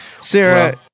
Sarah